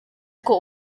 uko